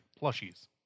plushies